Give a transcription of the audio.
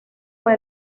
fue